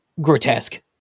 grotesque